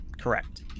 Correct